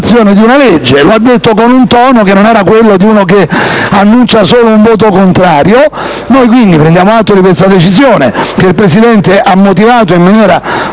di un provvedimento (lo ha detto con un tono che non era quello di uno che annuncia solo un voto contrario), prendiamo atto della decisione che il Presidente ha motivato in maniera